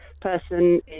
person